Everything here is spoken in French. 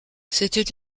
c’était